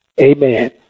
Amen